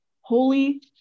holy